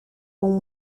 اون